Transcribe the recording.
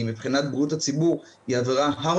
חברות הטבק מנצלות את התקופה הנוכחית של